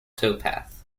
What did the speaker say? towpath